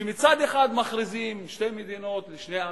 זה שמצד אחד מכריזים שתי מדינות לשני עמים,